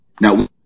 now